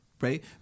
Right